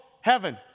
Heaven